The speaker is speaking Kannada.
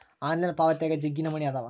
ಆನ್ಲೈನ್ ಪಾವಾತ್ಯಾಗ ಜಗ್ಗಿ ನಮೂನೆ ಅದಾವ